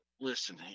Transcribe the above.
listen